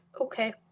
okay